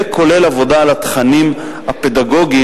וכולל עבודה על התכנים הפדגוגיים,